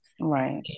right